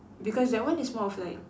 because that one is more of like